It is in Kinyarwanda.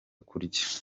kurya